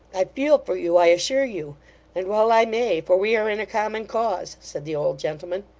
i feel for you, i assure you and well i may, for we are in a common cause said the old gentleman.